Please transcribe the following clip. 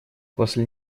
после